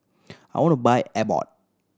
I want to buy Abbott